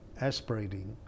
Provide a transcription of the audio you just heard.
aspirating